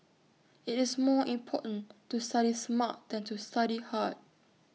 IT is more important to study smart than to study hard